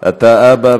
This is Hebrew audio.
אתה אבא,